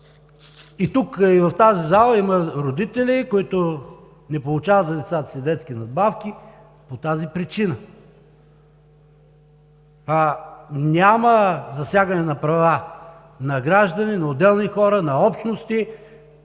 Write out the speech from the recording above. И тук, в тази зала, има родители, които не получават за децата си детски надбавки по тази причина. Няма засягане на права на граждани, на отделни хора, на общности